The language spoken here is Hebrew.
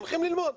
הולכים ללמוד.